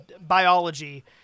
biology